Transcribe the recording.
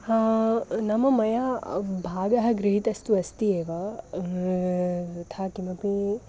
हा नाम मया भागः गृहीतस्तु अस्ति एव तथा किमपि